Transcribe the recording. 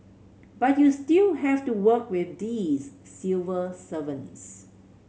but you still have to work with these civil servants